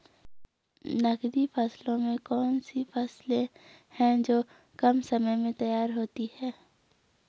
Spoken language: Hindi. नकदी फसलों में कौन सी फसलें है जो कम समय में तैयार होती हैं?